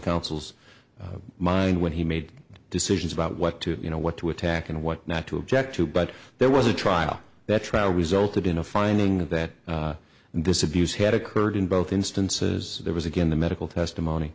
counsel's mind when he made decisions about what to you know what to attack and what not to object to but there was a trial that trial resulted in a finding that this abuse had occurred in both instances there was again the medical testimony